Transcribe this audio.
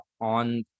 on